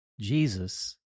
Jesus